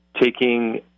taking